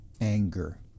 Anger